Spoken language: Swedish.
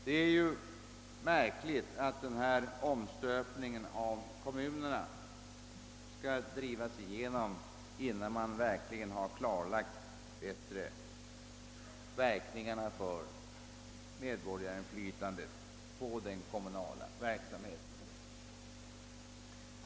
Det är märkligt att denna omstöpning av kommunerna skall drivas igenom innan verkningarna klarlagts bättre med avseende på medborgarnas inflytande på den kommunala verksamheten.